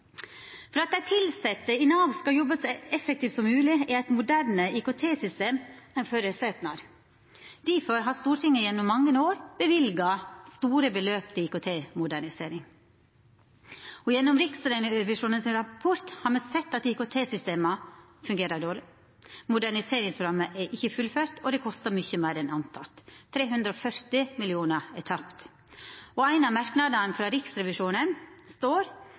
For at dei tilsette i Nav skal kunna jobba så effektivt som mogleg, er eit moderne IKT-system ein føresetnad. Difor har Stortinget gjennom mange år løyvd store beløp til IKT-modernisering. Gjennom Riksrevisjonens rapport har me sett at IKT-systema fungerer dårleg. Moderniseringsprogrammet er ikkje fullført, og det kostar mykje meir enn anteke. 340 mill. kr er tapt. I ein av merknadene frå Riksrevisjonen står